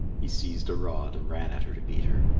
he seized a rod and ran at her to beat her.